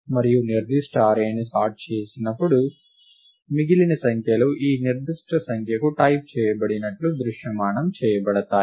మరియు నిర్దిష్ట అర్రేని సార్ట్ చేయినప్పుడు మిగిలిన సంఖ్యలు ఈ నిర్దిష్ట సంఖ్యకు టైప్ చేయబడినట్లు దృశ్యమానం చేయబడతాయి